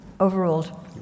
Overruled